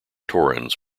torrens